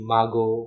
Mago